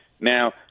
Now